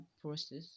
process